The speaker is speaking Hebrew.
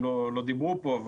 הם לא דיברו פה.